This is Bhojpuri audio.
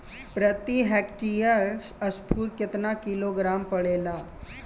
प्रति हेक्टेयर स्फूर केतना किलोग्राम पड़ेला?